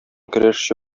көрәшче